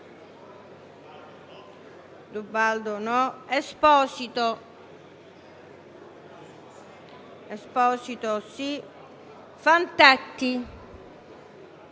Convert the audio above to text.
Esposito; Fantetti,